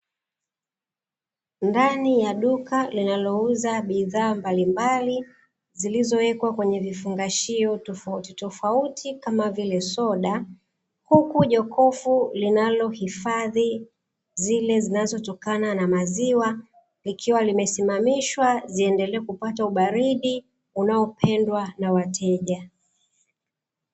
Ndani ya duka linalouza bidhaa mbalimbali zilizowekwa kwenye vifungashio tofauti tofauti kama vile; soda, huku jokofu linalohifadhi zile zinazotokana na maziwa likiwa limesimamishwa ziendelee kupata ubaridi unaopendwa na wateja.